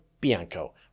Bianco